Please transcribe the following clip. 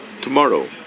tomorrow